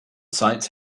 sites